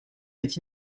est